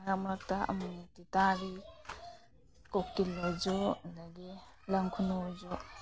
ꯃꯔꯛ ꯃꯔꯛꯇ ꯑꯃꯨꯛ ꯃꯨꯛꯇꯤ ꯇꯥꯔꯤ ꯀꯣꯀꯤꯜ ꯑꯣꯏꯔꯁꯨ ꯑꯗꯒꯤ ꯂꯝ ꯈꯨꯅꯨ ꯑꯣꯏꯔꯁꯨ